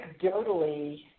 anecdotally